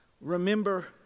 remember